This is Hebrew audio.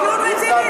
זה כלום רציני,